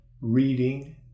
reading